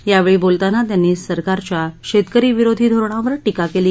यावेळी बोलतांना त्यांनी सरकारच्या शेतकरी विरोधी धोरणावर टीका केली